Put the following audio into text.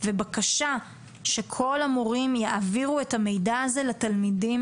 ובקשה שכל המורים יעבירו את המידע הזה לתלמידים